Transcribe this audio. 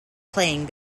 playing